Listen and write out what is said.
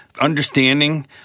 Understanding